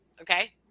okay